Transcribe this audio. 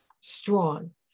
strong